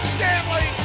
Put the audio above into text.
Stanley